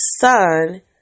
son